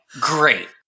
great